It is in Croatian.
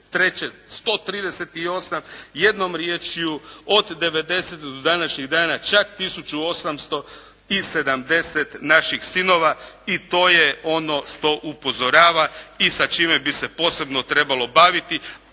2003. 138. Jednom riječju, od devedeset do današnjeg dana čak tisuću 870 naših sinova i to je ono što upozorava i sa čime bi se posebno trebalo baviti,